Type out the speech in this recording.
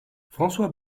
françois